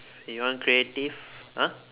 you want creative !huh!